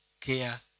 care